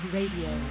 Radio